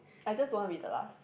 I just don't want to be the last